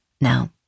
Now